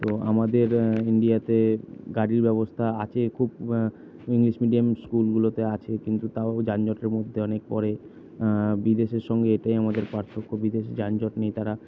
তো আমাদের ইন্ডিয়াতে গাড়ির ব্যবস্থা আছে খুব ইংলিশ মিডিয়াম স্কুলগুলোতে আছে কিন্তু তাও যানজটের মধ্যে অনেক পড়ে বিদেশের সঙ্গে এটাই আমাদের পার্থক্য বিদেশে যানজট নেই তারা